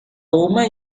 woman